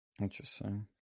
Interesting